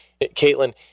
Caitlin